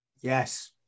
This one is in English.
Yes